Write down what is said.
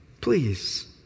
please